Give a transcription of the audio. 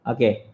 Okay